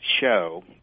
show